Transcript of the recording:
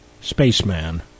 Spaceman